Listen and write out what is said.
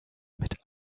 mit